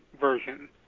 version